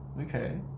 okay